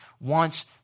wants